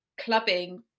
clubbing